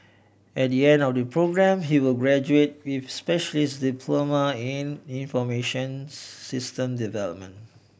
at the end of the programme he will graduate with a specialist diploma in information systems development